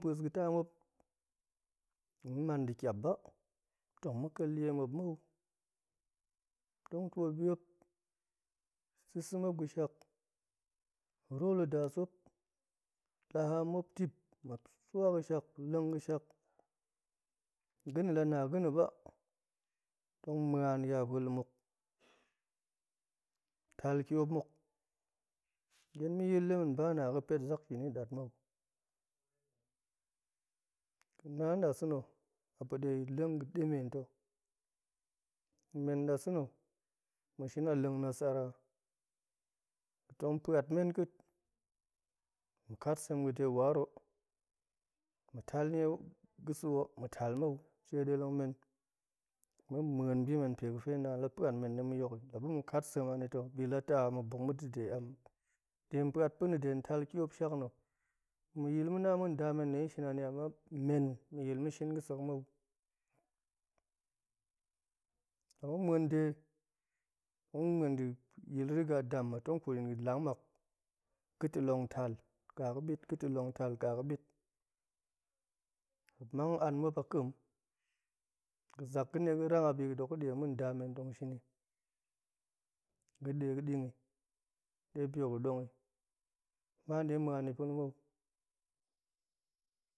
Pa̱a̱s ga̱ ta ma̱op, tong ma̱ man nda̱ ƙiap ba, tong ma̱ kel ɗie ma̱op mou, ma̱op tong twoot bima̱op, sa̱sa̱ muop ga̱shak, muop rwo luudas muop, swa haam muop dip, muop swa ga̱shak, leng ga̱shak, ga̱na̱ lana ga̱na̱ ba, tong ma̱an ya pa̱la̱muk tal kiop muk, gyen ma̱ yiil ɗem hen ba na ga̱ pet zak pa̱na̱ ɗat mou, guna nnasa̱na̱, a pa̱ ɗe leng ga̱ ɗemen to, nmen nɗasa̱na̱ ma̱shin a leng nasara, ga̱tong pa̱at men ka̱a̱t ma̱ kat sem ga̱de waar o, ma̱ tal nie ga̱sa̱ o, ma̱ tal mou, shie ɗeleng men, ma̱n ma̱en bi men pega̱pe naan la pa̱an men ɗe ma̱ yok i, laba̱ ma̱kat sem anitoe, bilata de npa̱at pa̱na̱ de ntal kiop shak na̱, ma̱yil ma̱na ma̱n ndamen ɗe shin ani ama men ma̱ yil ma̱ shin ga̱sek mou-lama̱ ma̱en de muop ma̱en da̱yil riga dam muop tong kut yin ga̱ lang mak, ga̱ta̱ long tal, ƙaga̱ɓit ga̱ta̱ long tal ƙaga̱ɓit muop mang an muop a ƙem, ga̱zak ga̱nɗe ga̱ rang abi ga̱dok ga̱ ma̱n nda men tong shin i ga̱n nɗe ga̱ ning i ɗe bi hok ga̱ ɗong i, ba nɗe ma̱an i pa̱na̱ mou